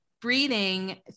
breathing